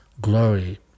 glory